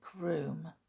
room